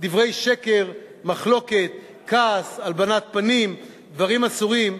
דברי שקר, מחלוקת, כעס, הלבנת פנים, דברים אסורים.